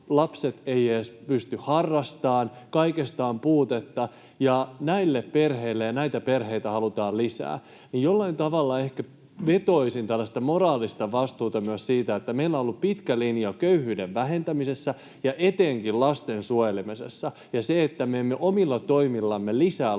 lapset eivät edes pysty harrastamaan, kaikesta on puutetta — ja näitä perheitä halutaan lisää. Jollain tavalla ehkä vetoaisin tällaiseen moraaliseen vastuuseen myös siitä, että meillä on ollut pitkä linja köyhyyden vähentämisessä ja etenkin lasten suojelemisessa ja siinä, että me emme omilla toimillamme lisää